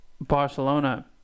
Barcelona